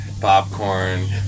Popcorn